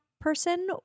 person